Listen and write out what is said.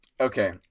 Okay